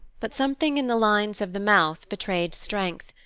but something in the lines of the mouth betrayed strength,